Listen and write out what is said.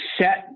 set